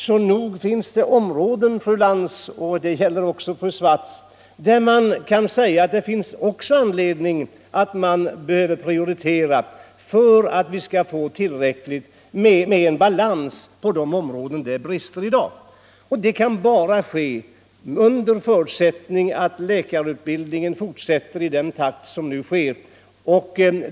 Så nog finns det andra områden, fru Lantz och fru Swartz, som det finns anledning att prioritera för att vi skall få balans. Det kan bara ske under förutsättning att ökningen av läkarutbildningen fortsätter i samma takt som hittills.